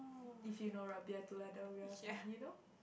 if you know Rabiah Adawiyah song you know